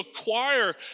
acquire